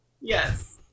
Yes